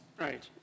Right